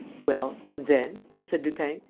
well? and then? said lupin,